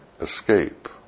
Escape